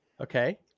Okay